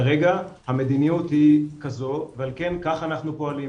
כרגע המדיניות היא כזו ועל כן כך אנחנו פועלים,